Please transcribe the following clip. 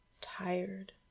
tired